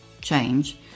change